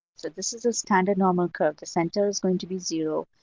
so this is the standard normal curve. the center is going to be zero,